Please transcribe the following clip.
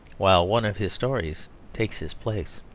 while one of his stories takes his place.